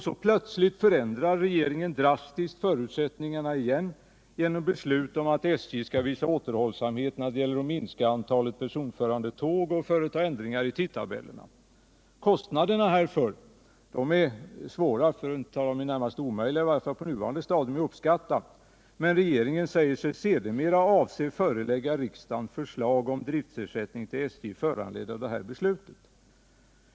Så plötsligt förändrar regeringen drastiskt förutsättningarna igen genom beslut om att SJ skall visa återhållsamhet när det gäller att minska antalet personförande tåg och företa ändringar i tidtabellerna. Det är svårt för att inte säga i det närmaste omöjligt, i varje fall på nuvarande stadium, att uppskatta kostnaderna härför, men regeringen säger sig sedermera avse förelägga riksdagen förslag om driftsersättning till SJ föranledd av det här beslutet.